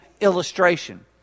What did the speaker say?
illustration